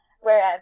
Whereas